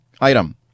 item